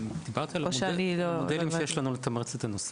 דיברתי על המודלים שיש לנו כדי לתמרץ את הנושא.